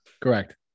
Correct